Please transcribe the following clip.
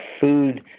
food